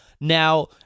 Now